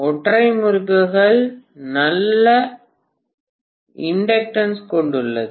ஒற்றை முறுக்குகள் நல்ல இண்டக்டன்ஸ் கொண்டுள்ளன